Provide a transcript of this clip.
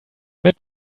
mit